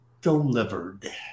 delivered